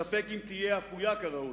וספק אם תהיה אפויה כראוי.